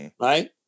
right